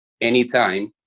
anytime